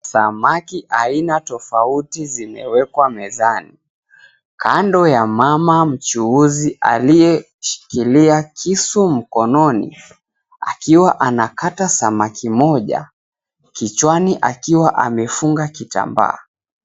Samaki aina tofauti zimewekwa mezani kando ya mama mchuuzi aliyeshikilia kisu mkononi akiwa anakata samaki moja kichwani akiwa amefunga kitambaa.